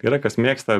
yra kas mėgsta